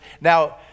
Now